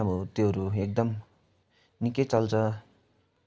अब त्योहरू एकदम निकै चल्छ